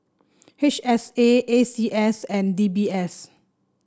H S A A C S and D B S